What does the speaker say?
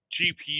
GPU